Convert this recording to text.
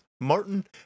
Martin